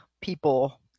people